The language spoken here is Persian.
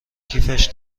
کیفش